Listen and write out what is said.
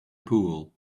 pool